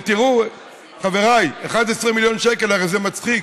ותראו, חבריי, 11 מיליון שקל, הרי זה מצחיק.